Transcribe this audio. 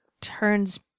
turns